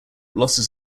losses